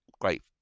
great